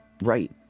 right